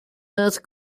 earth